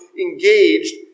engaged